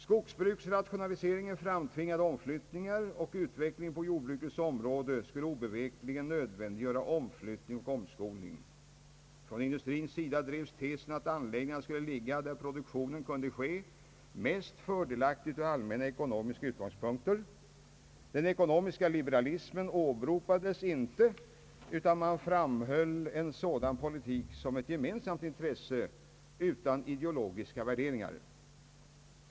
Skogsbruksrationaliseringen framtvingade omflyttningar, och utvecklingen på jordbrukets område skulle obevekligen nödvändiggöra omflyttning och omskolning. Från industrins sida drevs tesen att anläggningarna skulle ligga där produktionen kunde ske mest fördelaktigt från allmänna ekonomiska utgångspunkter. Den ekonomiska liberalismen åberopades dock inte utan den aktuella politiken framställdes som ett gemensamt intresse utan ideologiska värderingar.